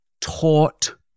taught